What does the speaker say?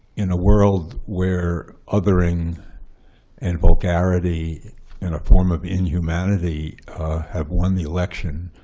in a world where othering and vulgarity and a form of inhumanity have won the election,